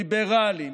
ליברליים,